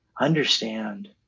Understand